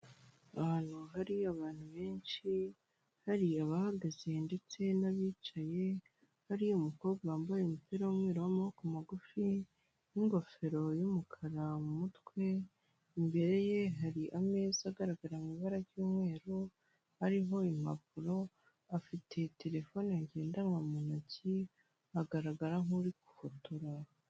Ahantu hari abantu benshi hari abahagaze ndetse n'abicaye hari umukobwa wambaye umupira w'umweru w'amaboko magufi n'ingofero y'umukara mu mutwe imbere ye hari ameza agaragara mu ibara ry'umweru arimo impapuro afite terefone ngendanwa mu ntoki agaragara nk'uri gufotora.